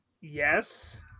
Yes